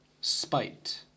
spite